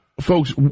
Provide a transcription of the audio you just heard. folks